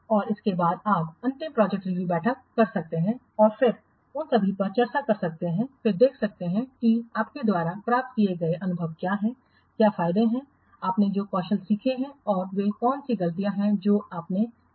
और इसके बाद आप अंतिम प्रोजेक्ट रिव्यू बैठक कर सकते हैं और फिर उन सभी पर चर्चा कर सकते हैं फिर देख सकते हैं कि आपके द्वारा प्राप्त किए गए अनुभव क्या हैं क्या फायदे हैं आपने जो कौशल सीखे हैं और वे कौन सी गलतियाँ हैं जो आपने की हैं